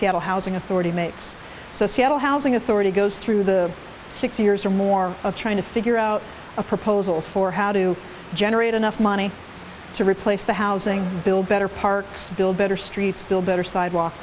seattle housing authority makes so seattle housing authority goes through the six years or more of trying to figure out a proposal for how to generate enough money to replace the housing bill better parks build better streets build better sidewalk